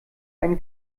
einen